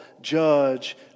judge